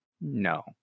no